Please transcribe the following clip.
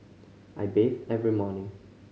I bathe every morning